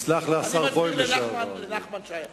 אני מסביר לנחמן שי עכשיו: